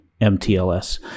MTLS